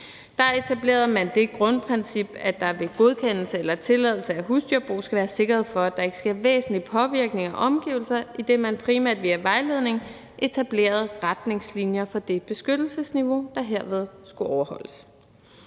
Der etablerede man det grundprincip, at der ved godkendelse eller tilladelse af husdyrbrug skal være sikkerhed for, at der ikke sker væsentlige påvirkninger af omgivelserne, idet man primært via vejledning etablerede retningslinjer for det beskyttelsesniveau, der herved skulle overholdes.